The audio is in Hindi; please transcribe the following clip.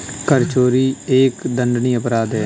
कर चोरी एक दंडनीय अपराध है